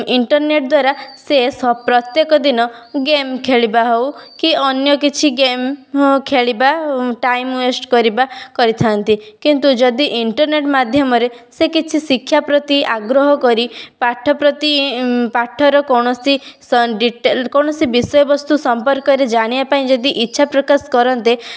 internet ଦ୍ବାରା ସେ ସ ପ୍ରତ୍ଯେକ ଦିନ ଗେମ ଖେଳିବା ହଉ କି ଅନ୍ୟ କିଛି ଗେମ ଖେଳିବା ଟାଇମ ୱେଷ୍ଟ କରିବା କରିଥାନ୍ତି କିନ୍ତୁ ଯଦି ଇଣ୍ଟର୍ନେଟ ମାଧ୍ୟମରେ ସେ କିଛି ଶିକ୍ଷାପ୍ରତି ଆଗ୍ରହକରି ପାଠପ୍ରତି ପାଠର କୌଣସି ସନ୍ ଡିଟେଲ କୌଣସି ବିଷୟବସ୍ତୁ ସମ୍ପର୍କରେ ଜାଣିବା ପାଇଁ ଯଦି ଇଚ୍ଛା ପ୍ରକାଶ କରନ୍ତେ